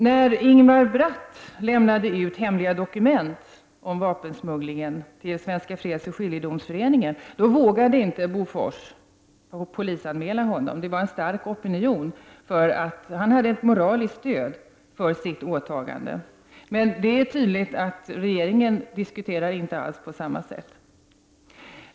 När Ingemar Bratt lämnade ut hemliga dokument om vapensmugglingen till Svenska fredsoch skiljedomsföreningen, vågade inte Bofors polisanmäla honom. Det var en stark opinion, och han hade ett moraliskt stöd för sitt åtagande. Men det är tydligt att regeringen inte alls diskuterar på samma sätt.